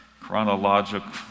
chronological